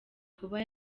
kuba